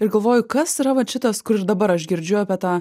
ir galvoji kas yra vat šitas kuris ir dabar aš girdžiu apie tą